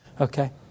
Okay